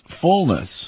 fullness